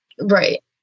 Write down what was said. Right